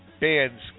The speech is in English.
bands